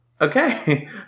Okay